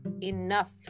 enough